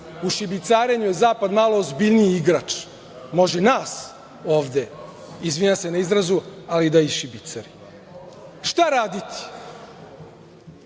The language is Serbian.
U šibicarenju je zapad malo ozbiljniji igrač. Može nas ovde, izvinjavam se na izrazu, ali da išibicari. Šta raditi?